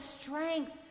strength